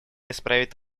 исправить